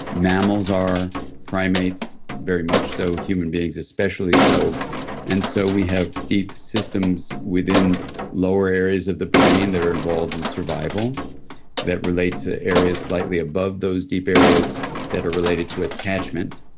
mammals are primates, very much so, human beings especially so and so we have deep systems within lower areas of the brain that are involved in survival that relate to areas slightly above those deep areas that are related to attachment,